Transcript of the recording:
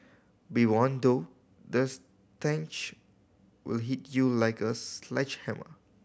be warned though the stench will hit you like a sledgehammer